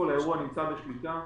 האירוע נמצא בשליטה.